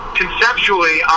conceptually